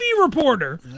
reporter